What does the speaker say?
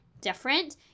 different